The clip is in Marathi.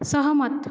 सहमत